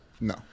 No